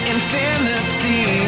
Infinity